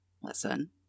listen